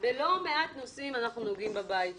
שבלא מעט נושאים אנחנו נוגעים בבית הזה.